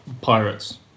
pirates